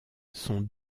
son